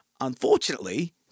Unfortunately